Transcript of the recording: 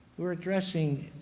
we're addressing